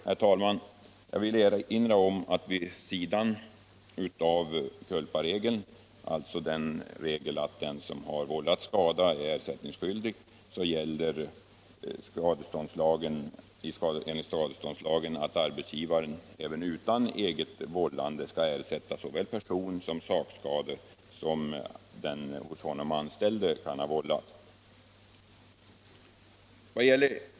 Herr talman! Jag vill erinra om att vid sidan av culparegeln — dvs. regeln att den som vållat skada är ersättningsskyldig — gäller enligt skadeståndslagen att arbetsgivaren även utan eget vållande skall ersätta såväl personsom sakskador som den hos honom anställde kan ha vållat.